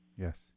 Yes